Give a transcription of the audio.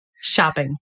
Shopping